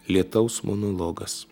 lietaus monologas